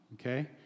okay